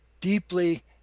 deeply